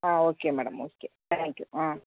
ah okay madam okay thank you ah